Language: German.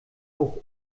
auch